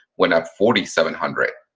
went out forty seven hundred.